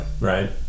Right